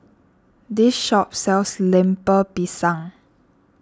this shop sells Lemper Pisang